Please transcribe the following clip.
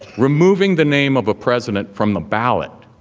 removing the name of a president from the ballot